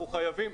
אנחנו חייבים.